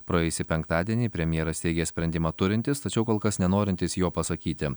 praėjusį penktadienį premjeras teigė sprendimą turintis tačiau kol kas nenorintis jo pasakyti